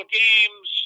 games